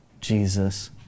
Jesus